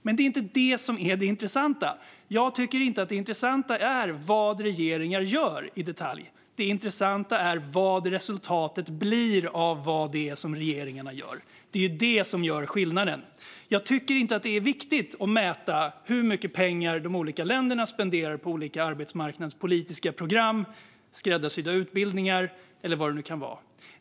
Men det är inte detta som är det intressanta. Jag tycker inte att det intressanta är vad regeringar gör i detalj. Det intressanta är vad resultatet blir av det som regeringarna gör. Det är detta som gör skillnaden. Jag tycker inte att det är viktigt att mäta hur mycket pengar de olika länderna spenderar på olika arbetsmarknadspolitiska program, skräddarsydda utbildningar eller vad det kan vara.